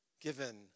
given